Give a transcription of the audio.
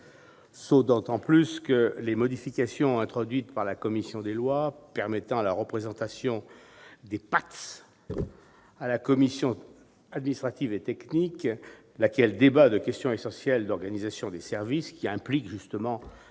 d'autant que les modifications introduites par la commission des lois permettant la représentation des PATS à la commission administrative et technique des SDIS, laquelle débat de questions essentielles d'organisation des services impliquant justement ces personnels